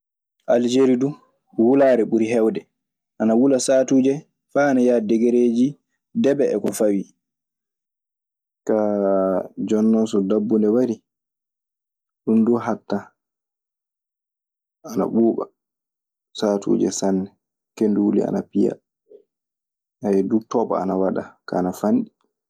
Algeri dun wulare ɓuri hewde, ana wulula satuje fa ana yaha e degereji debee e ko fawi. Kaa jonnon so dabbunde warii ɗun duu hatta ana ɓuuɓa, saatuuje sanne. Kenɗi wuli ana piya. Haya duu Tomo ana waɗa, kaa ana fanɗi.